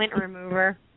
remover